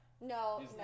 No